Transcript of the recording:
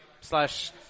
Slash